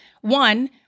one